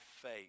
faith